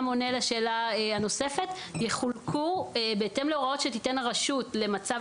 עונה לשאלה הנוספת בהתאם להוראות שתיתן הרשות למצב